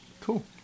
Cool